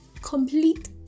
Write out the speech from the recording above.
complete